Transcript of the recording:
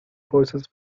forces